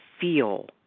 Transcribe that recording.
feel